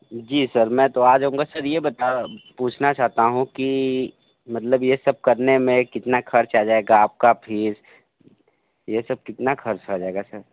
जी sir मैं तो आ जाऊंगा सर ये बता पूछना चाहता हूँ कि मतलब ये सब करने में कितना खर्च आ जाएगा आपका फ़ीस ये सब कितना खर्च आ जाएगा सर